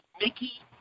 Mickey